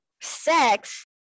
sex